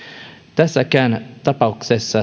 tässäkään tapauksessa